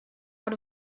out